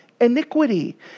iniquity